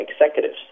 executives